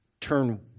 turn